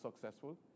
successful